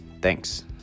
Thanks